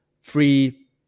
free